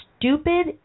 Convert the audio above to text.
Stupid